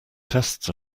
tests